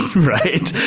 right?